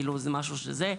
כאילו זה משהו שזה,